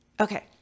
Okay